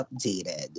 updated